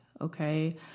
Okay